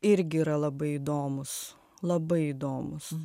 irgi yra labai įdomūs labai įdomūs